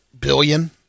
billion